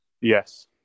Yes